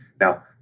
Now